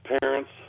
parents